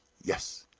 yes.